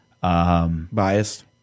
Biased